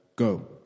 Go